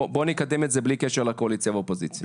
בוא נקדם את זה בלי קשר לקואליציה ואופוזיציה,